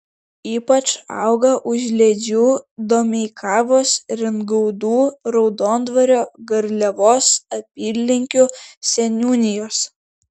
ypač auga užliedžių domeikavos ringaudų raudondvario garliavos apylinkių seniūnijos